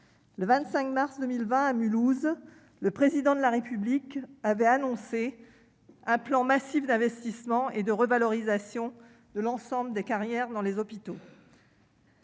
Le 25 mars 2020, à Mulhouse, le Président de la République avait annoncé un plan massif d'investissement et de revalorisation de l'ensemble des carrières dans les hôpitaux.